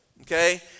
okay